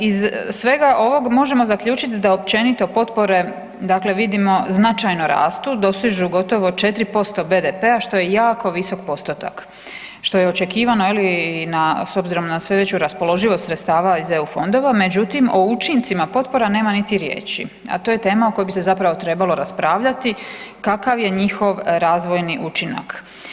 Iz svega ovoga možemo zaključiti da općenito potpore vidimo značajno rastu, dostižu gotovo 4% BDP-a što je jako visok postotak, što je i očekivano s obzirom na sve veću raspoloživost sredstava iz eu fondova, međutim o učincima potpora nema niti riječi, a to je tema o kojoj bi se zapravo trebalo raspravljati, kakav je njihov razvojni učinak.